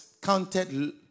counted